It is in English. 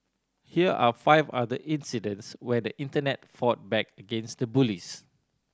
here are five other incidents where the Internet fought back against the bullies